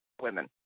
women